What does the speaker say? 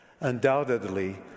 Undoubtedly